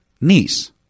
niece